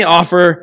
offer